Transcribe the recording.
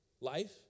life